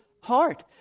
heart